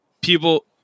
people –